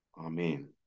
Amen